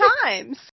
times